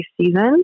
season